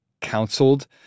counseled